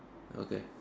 okay